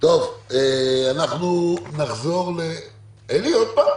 אנחנו נחזור לאלי עוד פעם.